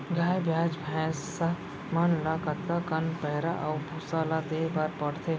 गाय ब्याज भैसा मन ल कतका कन पैरा अऊ भूसा ल देये बर पढ़थे?